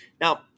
Now